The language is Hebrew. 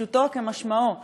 פשוטו כמשמעו.